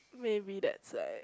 maybe that side